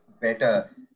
better